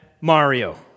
Mario